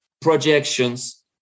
projections